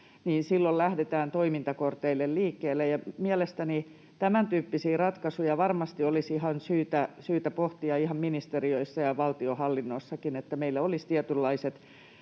niin silloin lähdetään toimintakorteilla liikkeelle. Mielestäni tämäntyyppisiä ratkaisuja varmasti olisi syytä pohtia ihan ministeriöissä ja valtionhallinnossakin, että meillä olisi tietynlaiset